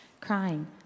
crying